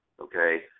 okay